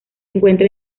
encuentra